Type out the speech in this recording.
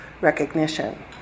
recognition